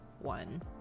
one